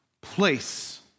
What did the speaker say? place